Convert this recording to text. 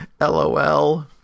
LOL